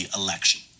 election